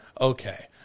Okay